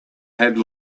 had